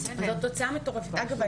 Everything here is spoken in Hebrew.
אגב,